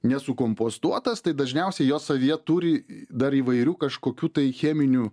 nesukompostuotas tai dažniausiai jos savyje turi dar įvairių kažkokių tai cheminių